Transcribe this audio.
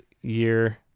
year